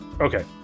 okay